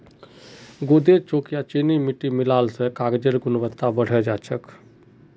गूदेत चॉक या चीनी मिट्टी मिल ल कागजेर गुणवत्ता बढ़े जा छेक